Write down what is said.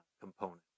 component